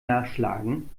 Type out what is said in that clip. nachschlagen